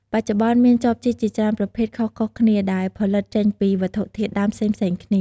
បច្ចុប្បន្ន មានចបជីកជាច្រើនប្រភេទខុសៗគ្នា ដែលផលិតចេញពីវត្ថុធាតុដើមផ្សេងៗគ្នា។